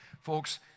Folks